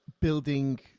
building